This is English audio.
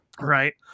right